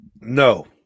no